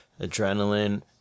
adrenaline